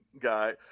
guy